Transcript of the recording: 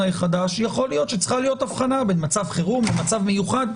החדש שיכול להיות שצריכה להיות הבחנה בין מצב חירום למצב מיוחד,